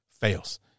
fails